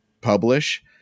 publish